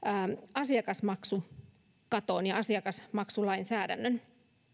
asiakasmaksukaton ja asiakasmaksulainsäädännön